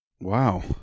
Wow